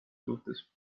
suhtes